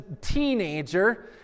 teenager